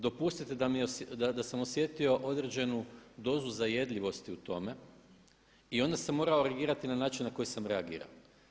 Dopustite da sam osjetio određenu dozu zajedljivosti u tome i onda sam morao urgirati na način na koji sam reagirao.